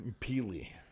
Peely